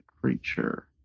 creature